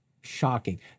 Shocking